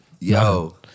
Yo